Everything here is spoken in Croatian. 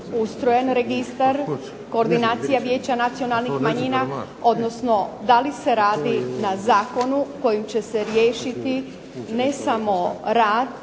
ustrojen registar koordinacija Vijeća nacionalnih manjina, odnosno da li se radi na zakonu kojim će se riješiti ne samo rad